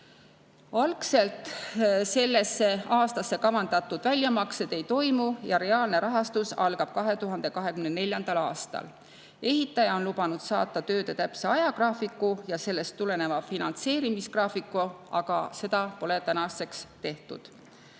Algselt sellesse aastasse kavandatud väljamakseid ei toimu, reaalne rahastus algab 2024. aastal. Ehitaja on lubanud saata tööde täpse ajagraafiku ja sellest tuleneva finantseerimisgraafiku, aga seda pole tänaseks tehtud.